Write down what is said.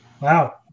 Wow